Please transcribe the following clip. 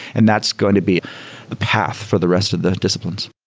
and that's going to be the path for the rest of the disciplines.